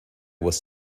was